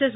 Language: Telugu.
ఎస్